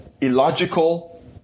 illogical